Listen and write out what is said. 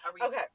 Okay